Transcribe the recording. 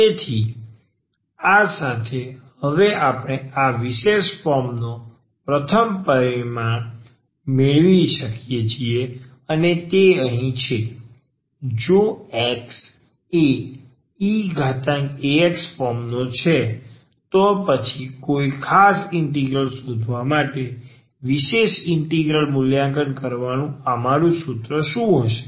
તેથી આ સાથે હવે આપણે આ વિશેષ ફોર્મનો પ્રથમ પરિણામ મેળવી શકીએ છીએ અને તે અહીં છે જો X એ eax ફોર્મનો છે તો પછી કોઈ ખાસ ઇન્ટિગ્રલ શોધવા માટે વિશેષ ઇન્ટિગ્રલ મૂલ્યાંકન કરવાનું અમારું સૂત્ર શું હશે